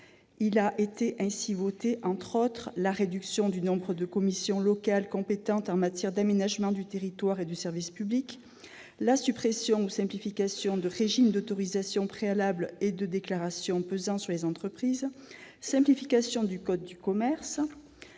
Ont été ainsi votées, entre autres mesures, la réduction du nombre de commissions locales compétentes en matière d'aménagement du territoire et de services au public, la suppression ou la simplification des régimes d'autorisation préalable et de déclaration pesant sur les entreprises ; la simplification du code du commerce